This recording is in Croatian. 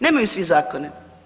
Nemaju svi zakone.